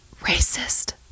racist